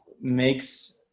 makes